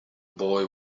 boy